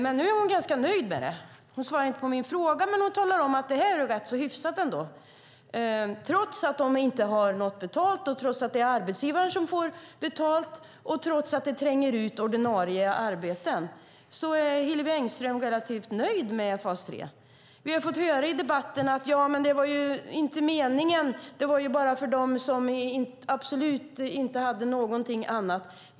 Men nu är hon ganska nöjd med det. Hon svarar inte på min fråga, men hon talar om att detta är rätt hyfsat. Trots att dessa personer inte har något betalt, trots att det är arbetsgivaren som får betalt, och trots att det tränger ut ordinarie arbeten är Hillevi Engström relativt nöjd med fas 3. Vi har i debatten fått höra att detta inte var meningen. Det var bara till för dem som absolut inte hade någonting annat.